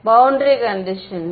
மாணவர் boundary conditions